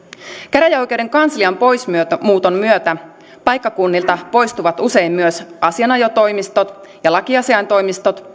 käräjäoikeuden kanslian poismuuton myötä paikkakunnilta poistuvat usein myös asianajotoimistot ja lakiasiaintoimistot